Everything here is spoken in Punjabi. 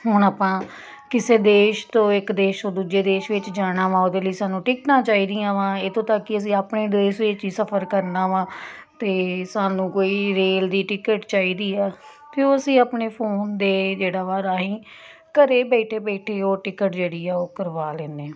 ਹੁਣ ਆਪਾਂ ਕਿਸੇ ਦੇਸ਼ ਤੋਂ ਇੱਕ ਦੇਸ਼ ਤੋਂ ਦੂਜੇ ਦੇਸ਼ ਵਿੱਚ ਜਾਣਾ ਵਾ ਉਹਦੇ ਲਈ ਸਾਨੂੰ ਟਿਕਟਾਂ ਚਾਹੀਦੀਆਂ ਵਾਂ ਇੱਥੋਂ ਤੱਕ ਕਿ ਅਸੀਂ ਆਪਣੇ ਦੇਸ਼ ਵਿੱਚ ਹੀ ਸਫ਼ਰ ਕਰਨਾ ਵਾ ਅਤੇ ਸਾਨੂੰ ਕੋਈ ਰੇਲ ਦੀ ਟਿਕਟ ਚਾਹੀਦੀ ਆ ਅਤੇ ਉਹ ਅਸੀਂ ਆਪਣੇ ਫ਼ੋਨ ਦੇ ਜਿਹੜਾ ਵਾ ਰਾਹੀਂ ਘਰ ਬੈਠੇ ਬੈਠੇ ਉਹ ਟਿਕਟ ਜਿਹੜੀ ਆ ਉਹ ਕਰਵਾ ਲੈਂਦੇ ਹਾਂ